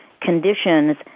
conditions